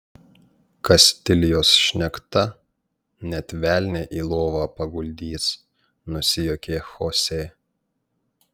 kastilijos šnekta net velnią į lovą paguldys nusijuokė chose